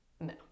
no